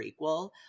prequel